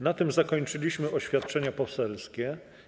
Na tym zakończyliśmy oświadczenia poselskie.